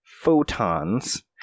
photons